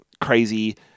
crazy